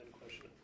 question